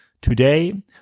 today –